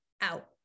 out